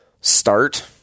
start